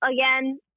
again